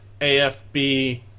afb